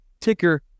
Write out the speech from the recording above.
ticker